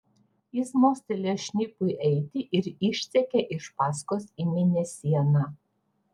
jis mostelėjo šnipui eiti ir išsekė iš paskos į mėnesieną